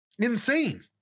insane